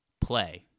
play